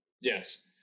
Yes